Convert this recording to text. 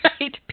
Right